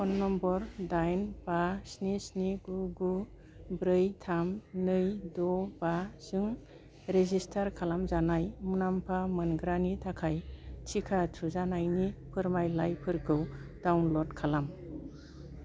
phone number दाइन बा स्नि स्नि गु गु ब्रै थाम नै द' बा जों रेजिसटार खालामजानाय मुलामफा मोनग्रानि थाखाय टिका थुजानायनि फोरमायलाइफोरखौ डाउनल'ड खालाम